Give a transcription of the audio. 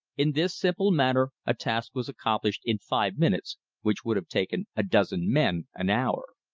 in this simple manner a task was accomplished in five minutes which would have taken a dozen men an hour.